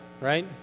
right